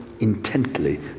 intently